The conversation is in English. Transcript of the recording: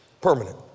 permanent